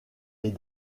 est